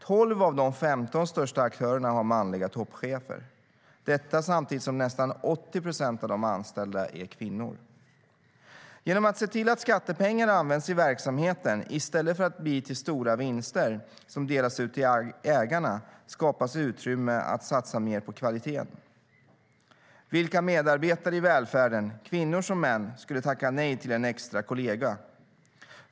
12 av de 15 största aktörerna har manliga toppchefer, detta samtidigt som nästan 80 procent av de anställda är kvinnor. Genom att se till att skattepengar används i verksamheten i stället för att bli till stora vinster som delas ut till ägarna skapas utrymme att satsa mer på kvaliteten. Vilka medarbetare i välfärden, kvinnor som män, skulle tacka nej till en extra kollega?